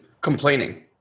complaining-